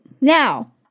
Now